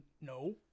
no